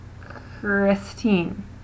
Christine